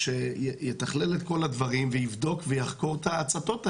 שיתכלל את כל הדברים ויבדוק ויחקור את ההצתות האלה.